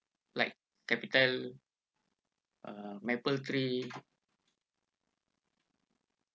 like capital uh mapletree